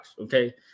Okay